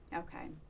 okay.